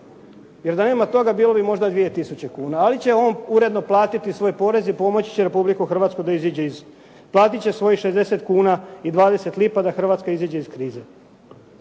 Jer da nema toga bilo bi možda 2 tisuće kuna. Ali će on uredno platiti svoj porez i pomoći će Republiku Hrvatsku da iziđe iz. Platit će svojih 60 kuna i 20 lipa da Hrvatska iziđe iz krize.